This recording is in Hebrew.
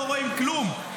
לא רואים כלום.